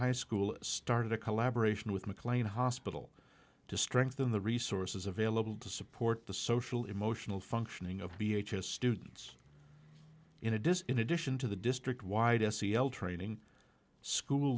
high school started a collaboration with mclean hospital to strengthen the resources available to support the social emotional functioning of b h s students in a dis in addition to the district wide s c l training school